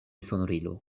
sonorilo